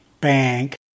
bank